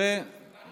גם אני.